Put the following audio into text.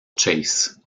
chase